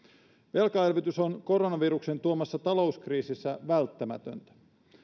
velkaelvytys on koronaviruksen tuomassa talouskriisissä välttämätöntä